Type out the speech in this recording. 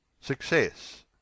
success